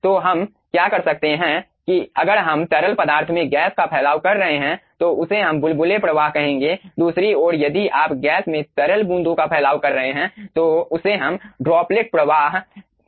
तो हम क्या कर सकते हैं अगर हम तरल पदार्थ में गैस का फैलाव कर रहे हैं तो उसे हम बुलबुले प्रवाह कहेंगे दूसरी ओर यदि आप गैस में तरल बूंदों का फैलाव कर रहे हैं तो उसे हम ड्रॉपलेट प्रवाह कहेंगे